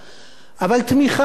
או התנגדות לממשלה,